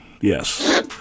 Yes